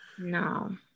No